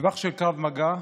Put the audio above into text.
טווח של קרב מגע,